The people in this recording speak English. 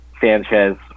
Sanchez